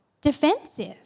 defensive